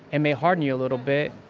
and may harden you a little bit,